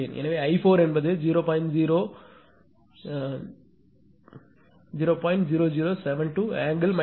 எனவே i4 என்பது 0